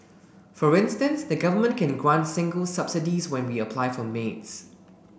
for instance the Government can grant singles subsidies when we apply for maids